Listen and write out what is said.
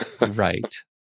Right